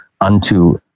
unto